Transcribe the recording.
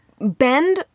bend